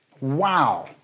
Wow